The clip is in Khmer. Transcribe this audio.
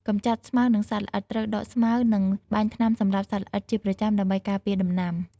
កម្ចាត់ស្មៅ និងសត្វល្អិត ត្រូវដកស្មៅ និងបាញ់ថ្នាំសម្លាប់សត្វល្អិតជាប្រចាំដើម្បីការពារដំណាំ។